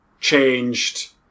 changed